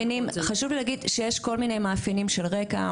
חשוב לי להגיד שיש כל מיני מאפיינים של רקע.